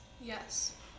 Yes